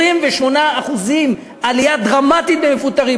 28% עלייה דרמטית במפוטרים.